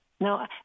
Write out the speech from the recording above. No